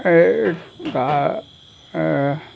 এই